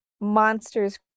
monsters